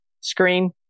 screen